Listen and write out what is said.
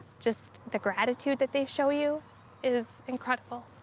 just the gratitude that they show you is incredible.